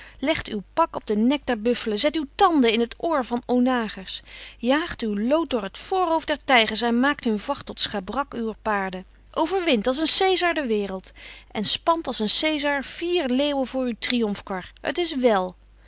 legt uw pak op den nek der buffelen zet uw tanden in het oor van onagers jaagt uw lood door het voorhoofd der tijgers en maakt hun vacht tot schabrak uwer paarden overwint als een cesar de wereld en spant als een cesar vier leeuwen voor uw triomfkar het is wèl